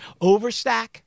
overstack